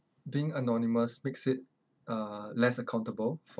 being anonymous makes it uh less accountable